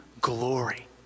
glory